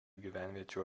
gyvenviečių